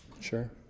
Sure